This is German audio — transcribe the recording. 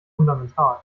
fundamental